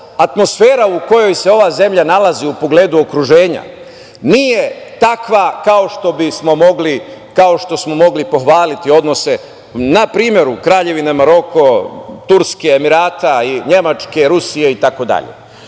atmosfera u kojoj se ova zemlja nalazi u pogledu okruženja nije takva kao što bismo mogli pohvaliti odnose na primeru Kraljevine Maroko, Turske, Emirata, Nemačke, Rusije itd.